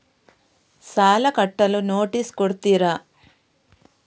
ಸಾಲ ಕಟ್ಟಲು ನೋಟಿಸ್ ಕೊಡುತ್ತೀರ?